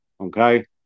Okay